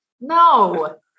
No